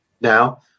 now